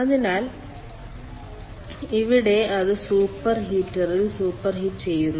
അതിനാൽ ഇവിടെ അത് സൂപ്പർ ഹീറ്ററിൽ സൂപ്പർഹീറ്റ് ചെയ്യും